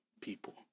people